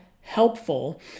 helpful